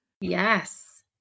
Yes